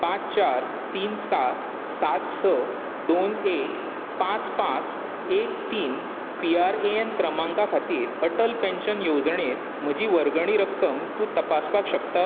पांच चार तीन सात सात स दोन एक पांच पांच एक तीन पी आर ए एन क्रमांका खातीर अटल पेन्शन येवजणेंत म्हजी वर्गणी रक्कम तूं तपासपाक शकता